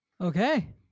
Okay